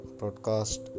broadcast